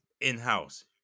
in-house